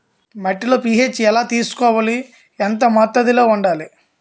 మట్టిలో పీ.హెచ్ ఎలా తెలుసుకోవాలి? ఎంత మోతాదులో వుండాలి?